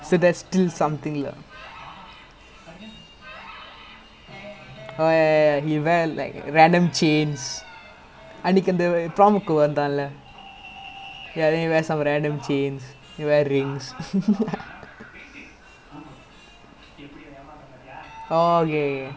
err அவன் எதோ:avan etho like is some fashion thing lah I don't know what is it lah but he buys those random shit the design even that day நா அவனோட:naa avanoda Oppo தான் வாங்குனேன்:thaan vaangunaen ya ya அந்த மாரி அவன் நரையா சட்ட இருக்கு வீட்டுல:antha maari avan naraiyaa satta irukku veetula like அவன்ட அவன் வீட்டுக்கு போனேன்ல இதுக்கு முன்னாடி:avanta avan veetukku ponaenla ithukku munnaadi